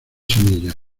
semillas